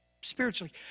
spiritually